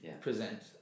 present